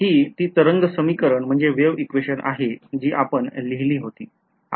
हि ती तरंग समीकरण आहे जी आपण लिहिली होती